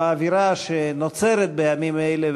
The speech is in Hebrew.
באווירה שנוצרת בימים אלה,